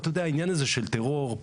העניין הזה של טרור,